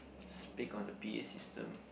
speak on the p_a system